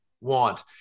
want